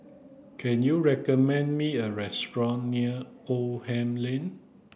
can you recommend me a restaurant near Oldham Lane